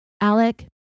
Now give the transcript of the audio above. Alec